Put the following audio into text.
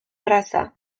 erraza